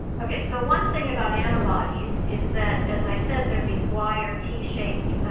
ok, so one thing about antibodies is that, as i said, they're these y or t-shaped